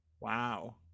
Wow